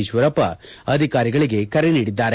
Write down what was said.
ಈಶ್ವರಪ್ಪ ಅಧಿಕಾರಿಗಳಿಗೆ ಕರೆ ನೀಡಿದ್ದಾರೆ